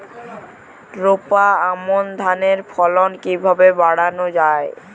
রোপা আমন ধানের ফলন কিভাবে বাড়ানো যায়?